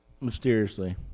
Mysteriously